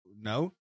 no